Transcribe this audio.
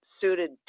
suited